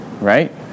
right